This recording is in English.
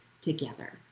together